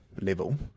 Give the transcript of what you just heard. level